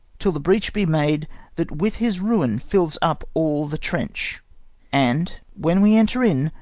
till the breach be made that with his ruin fills up all the trench and, when we enter in,